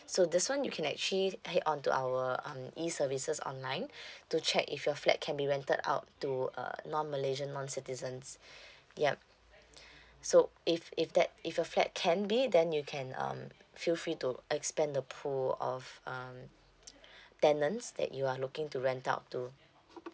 so this one you can actually head on to our um E services online to check if your flat can be rented out to uh non malaysian non citizens yup so if if that if your flat can be then you can um feel free to expand the pool of um tenants that you are looking to rent out to